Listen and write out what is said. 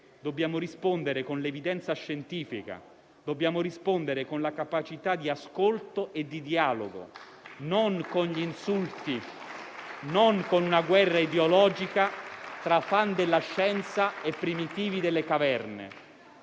con la trasparenza, con l'evidenza scientifica, con la capacità di ascolto e di dialogo, non con gli insulti, non con una guerra ideologica tra *fan* della scienza e primitivi delle caverne.